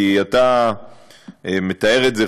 כי אתה מתאר את זה,